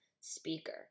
speaker